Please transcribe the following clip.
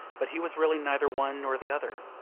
but he was really neither one nor the other.